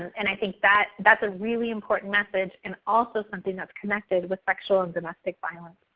and i think that's that's a really important message and also something that's connected with sexual and domestic violence.